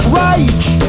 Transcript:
rage